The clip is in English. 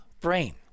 brain